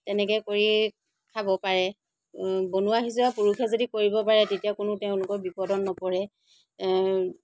তেনেকে কৰিয়ে খাব পাৰে বনোৱা সিজোৱা পুৰুষে যদি কৰিব পাৰে তেতিয়া কোনো তেওঁলোকৰ বিপদত নপৰে